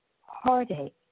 heartache